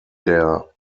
der